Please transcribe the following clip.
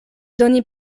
doni